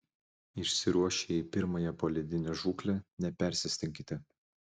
išsiruošę į pirmąją poledinę žūklę nepersistenkite